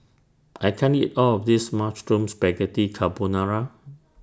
I can't eat All of This Mushroom Spaghetti Carbonara